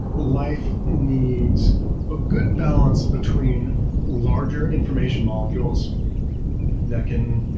life needs a good balance between larger information molecules that can,